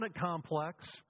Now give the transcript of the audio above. complex